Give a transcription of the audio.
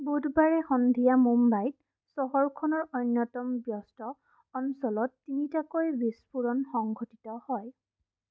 বুধবাৰে সন্ধিয়া মুম্বাইত চহৰখনৰ অন্যতম ব্যস্ত অঞ্চলত তিনিটাকৈ বিস্ফোৰণ সংঘটিত হয়